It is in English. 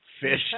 Fish